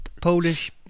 Polish